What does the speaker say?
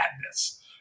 madness